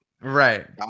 right